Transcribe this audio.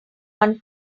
one